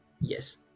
Yes